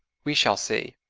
we shall see.